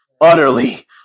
utterly